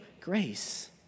grace